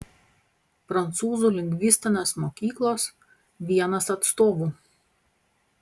prancūzų lingvistinės mokyklos vienas atstovų